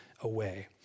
away